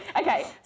Okay